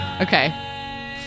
Okay